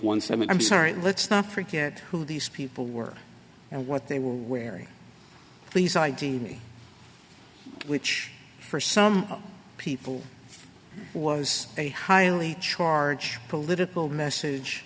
mean i'm sorry let's not forget who these people were and what they were wearing these id which for some people was a highly charged political message